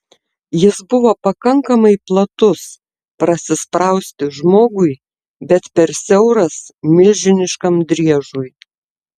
jis buvo pakankamai platus prasisprausti žmogui bet per siauras milžiniškam driežui